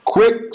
Quick